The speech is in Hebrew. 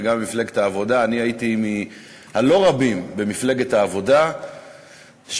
וגם במפלגת העבודה: אני הייתי מהלא-רבים במפלגת העבודה שבתקופת